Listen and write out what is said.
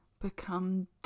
become